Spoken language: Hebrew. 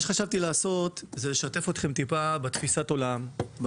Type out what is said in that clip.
מה שחשבתי לעשות זה לשתף אתכם טיפה בתפיסת העולם,